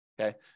okay